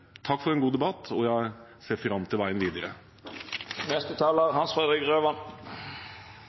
takk for en god debatt, jeg ser fram til veien videre.